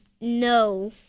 no